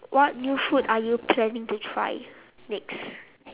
what new food are you planning to try next